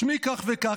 שמי כך וכך,